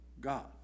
God